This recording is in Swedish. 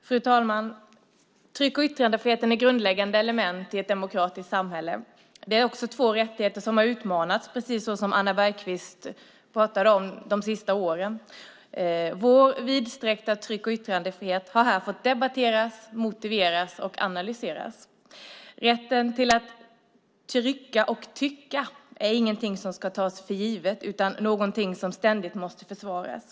Fru talman! Tryck och yttrandefriheten är grundläggande element i ett demokratiskt samhälle. Det är också två rättigheter som utmanats, precis som Anna Bergkvist sade, under de senaste åren. Vår vidsträckta tryck och yttrandefrihet har här fått debatteras, motiveras och analyseras. Rätten till att trycka och tycka är inget som ska tas för givet utan är något som ständigt måste försvaras.